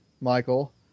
Michael